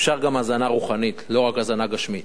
אפשר גם הזנה רוחנית, לא רק הזנה גשמית.